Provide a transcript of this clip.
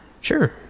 Sure